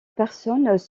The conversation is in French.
personnes